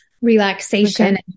relaxation